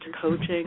coaching